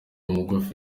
mugufi